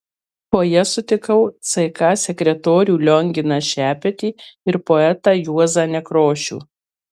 fojė sutikau ck sekretorių lionginą šepetį ir poetą juozą nekrošių